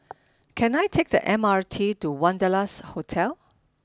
can I take the M R T to Wanderlust Hotel